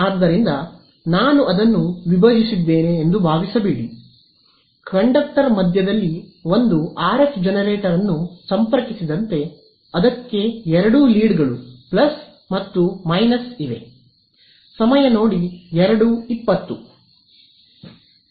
ಆದ್ದರಿಂದ ನಾನು ಅದನ್ನು ವಿಭಜಿಸಿದ್ದೇನೆ ಎಂದು ಭಾವಿಸಬೇಡಿ ಕಂಡಕ್ಟರ್ ಮಧ್ಯದಲ್ಲಿ ಒಂದು ಆರ್ಎಫ್ ಜನರೇಟರ್ ಅನ್ನು ಸಂಪರ್ಕಿಸಿದಂತೆ ಅದಕ್ಕೆ ಎರಡೂ ಲೀಡ್ಗಳು ಪ್ಲಸ್ ಮತ್ತು ಮೈನಸ್ and ಇವೆ